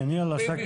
כן, יאללה, סכם.